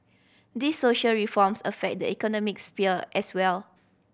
these social reforms affect the economic sphere as well